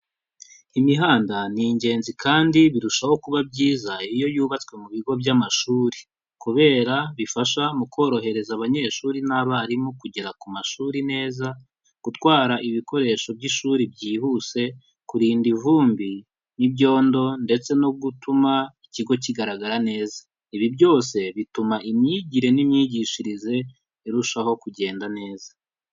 Imihanda ni ingenzi kandi birushaho kuba byiza iyo yubatswe mu bigo by'amashuri. Kubera bifasha mu korohereza abanyeshuri n'abarimu kugera ku mashuri neza, gutwara ibikoresho by'ishuri byihuse, kurinda ivumbi n'ibyondo, ndetse no gutuma ikigo kigaragara neza. Ibi byose bituma imyigire n'imyigishirize irushaho kugenda neza.